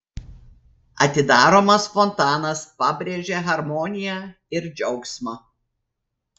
atidaromas fontanas pabrėžia harmoniją ir džiaugsmą